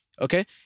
Okay